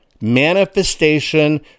manifestation